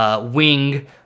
Wing